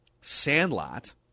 Sandlot